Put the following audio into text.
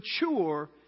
mature